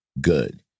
good